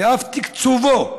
ואף לתקצבו,